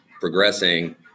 progressing